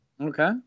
Okay